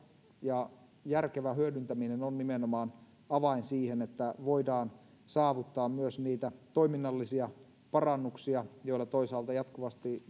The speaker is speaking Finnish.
ja järkevä hyödyntäminen on nimenomaan avain siihen että voidaan saavuttaa myös niitä toiminnallisia parannuksia joilla toisaalta jatkuvasti